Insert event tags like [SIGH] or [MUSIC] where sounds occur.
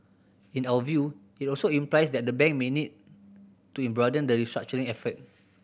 in our view it also implies that the bank may need to [UNINTELLIGIBLE] broaden the restructuring effort